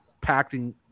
packing